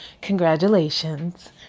Congratulations